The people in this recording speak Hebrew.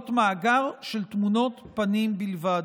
להיות מאגר של תמונות פנים בלבד.